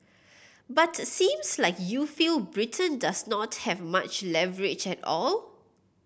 but seems like you feel Britain does not have much leverage at all